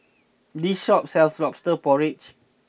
this shop sells Lobster Porridge